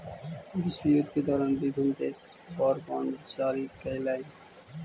विश्वयुद्ध के दौरान विभिन्न देश वॉर बॉन्ड जारी कैलइ